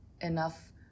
enough